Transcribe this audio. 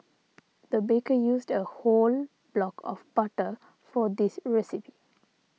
the baker used a whole block of butter for this recipe